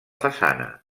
façana